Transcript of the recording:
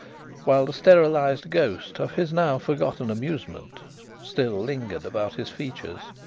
while the sterilized ghost of his now forgotten amusement still lingered about his features.